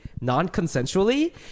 Non-consensually